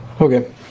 Okay